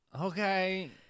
Okay